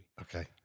Okay